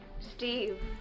Steve